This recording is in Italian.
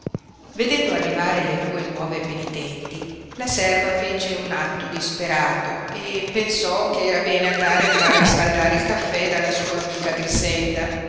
vedendo arrivare le due nuove penitenti la serva fece un atto disperato e pensò che era bene andare a far riscaldare il caffè dalla sua amica